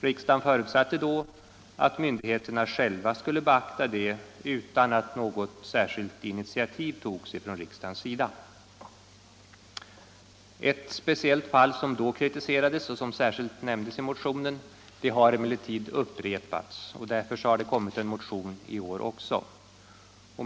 Riksdagen förutsatte i fjol att myndigheterna själva skulle beakta detta utan att något särskilt initiativ togs från riksdagens sida. Ett speciellt fall som då kritiserades och som särskilt nämndes i motionen har emellertid upprepats. Därför har det kommit en motion i år också.